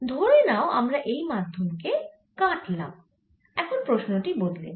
ধরে নাও আমরা এই মাধ্যম কে কাটলাম এখন প্রশ্ন টি বদলে নিই